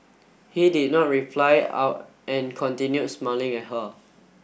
he did not reply out and continued smiling at her